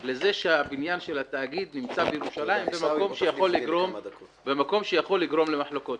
לזה שבניין התאגיד נמצא בירושלים במקום שיכול לגרום למחלוקות.